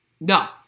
No